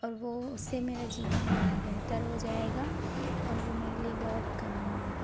और वो उससे मेरा जीवन बहुत बेहतर हो जाएगा और वो मेरे लिए बहुत काम आएगी